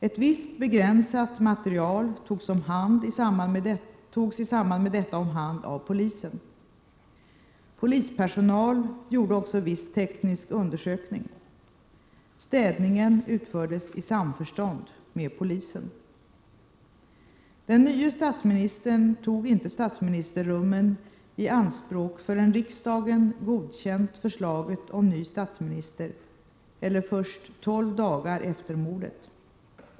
Ett visst begränsat material togs i samband med detta om hand av polisen. Polispersonal gjorde också viss teknisk undersökning. Städningen utfördes i samförstånd med polisen. Den nye statsministern tog inte statsministerrummen i anspråk förrän riksdagen godkänt förslaget om ny statsminister eller först tolv dagar efter mordet.